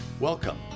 Welcome